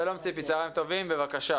שלום, ציפי, צוהריים טובים, בבקשה.